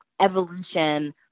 evolution